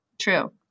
true